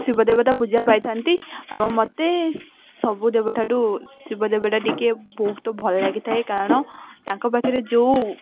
ଶିବ ଦେବତା ପୂଜା ପାଇଥାନ୍ତି ଏବଂ ମୋତେ ସବୁ ଦେବତାଠୁ ଶିବ ଦେବତା ଟିକେ ବହୁତ ଭଲ ଲାଗିଥାଏ କାରଣ ତାଙ୍କ ପାଖରେ ଯେଉଁ